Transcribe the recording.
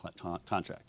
contract